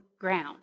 ground